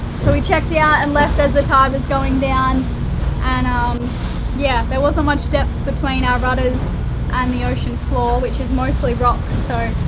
so we checked out ah and left as the tide was going down and um yeah, there wasn't much depth between our rudders and the ocean floor which is mostly rocks so